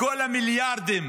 מכל המיליארדים